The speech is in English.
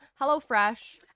HelloFresh